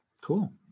Cool